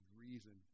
reason